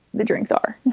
the drinks are